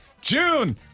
June